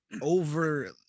over